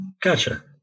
Gotcha